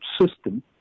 system